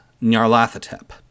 Nyarlathotep